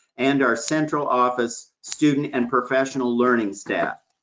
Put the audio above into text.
and our central office student and professional learning staff.